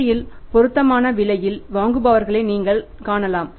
சந்தையில் பொருத்தமான விலையில் வாங்குபவர்களை நீங்கள் காணலாம்